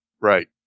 Right